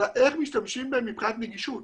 אלא איך משתמשים בהם מבחינת נגישות.